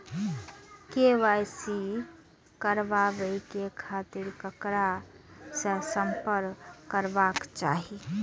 KYC कराबे के खातिर ककरा से संपर्क करबाक चाही?